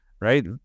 right